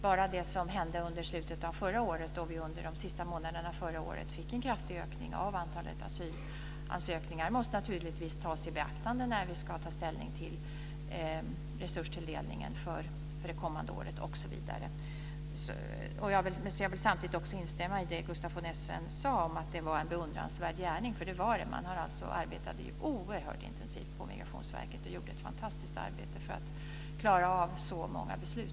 Bara det som hände under slutet av förra året, då vi under årets sista månader fick en kraftig ökning av antalet asylansökningar, måste naturligtvis tas i beaktande när vi ska ta ställning till resurstilldelningen för det kommande året osv. Jag vill samtidigt också instämma i det som Gustaf von Essen sade om att det var en beundransvärd gärning. Det var det. Man har alltså arbetat oerhört intensivt på Migrationsverket och gjort ett fantastiskt arbete för att klara av så många beslut.